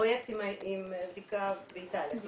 מהפרויקט של הבדיקה באיטליה.